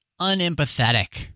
unempathetic